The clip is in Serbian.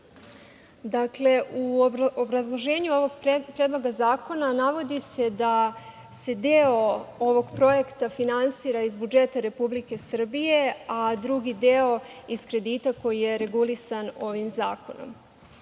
obrazloženju ovog Predloga zakona navodi se da se deo ovog projekta finansira iz budžeta Republike Srbije, a drugi deo iz kredita koji je regulisan ovim zakonom. Ovakvi